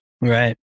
Right